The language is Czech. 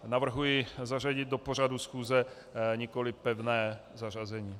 Navrhuji zařadit do pořadu schůze, nikoli pevné zařazení.